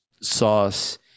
sauce